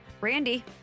Randy